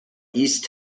east